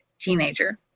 teenager